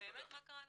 באמת מה קרה לכם?